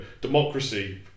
democracy